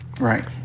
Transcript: Right